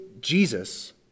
Jesus